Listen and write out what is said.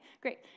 great